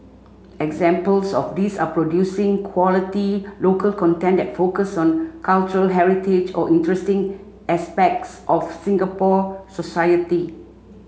examples of these are producing quality local content that focus on cultural heritage or interesting aspects of Singapore society